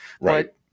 right